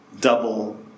double